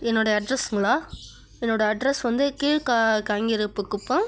என்னோட அட்ரெஸுங்களா என்னோட அட்ரெஸ் வந்து கீழ் கா காங்கிரிப்புக் குப்பம்